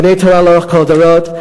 אנחנו בני-תורה לאורך כל הדורות.